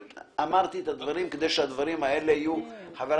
וחבריי חברי הכנסת אמרתי את הדברים כדי שהם יהיו ברורים.